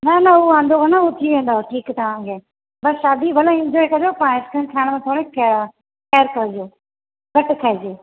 न न हूं वांदो कोन हो थी वेंदव ठीक तहांखे बसि शादी भले इन्जॉय कजो पर आइस्क्रीम खायण में थोड़ी केअर केअर कजो घटि खाएजे